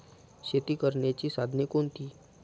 शेती करण्याची साधने कोणती?